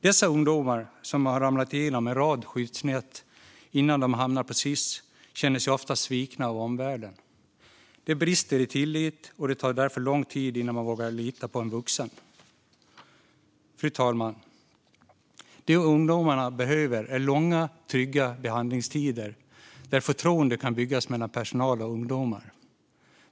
Dessa ungdomar, som har ramlat igenom en rad skyddsnät innan de hamnade på Sis-hem, känner sig ofta svikna av omvärlden. Tilliten brister, och det tar därför lång tid innan de vågar lita på en vuxen. Fru talman! Det de här ungdomarna behöver är långa, trygga behandlingsperioder där förtroende kan byggas mellan personal och ungdomar.